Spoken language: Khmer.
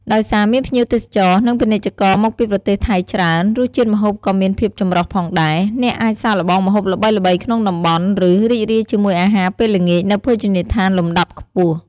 ដោយសារមានភ្ញៀវទេសចរ និងពាណិជ្ជករមកពីប្រទេសថៃច្រើន រសជាតិម្ហូបក៏មានភាពចម្រុះផងដែរ អ្នកអាចសាកល្បងម្ហូបល្បីៗក្នុងតំបន់ ឬរីករាយជាមួយអាហារពេលល្ងាចនៅភោជនីយដ្ឋានលំដាប់ខ្ពស់។